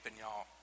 y'all